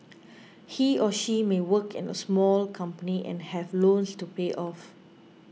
he or she may work in a small company and have loans to pay off